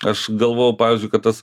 aš galvojau pavyzdžiui kad tas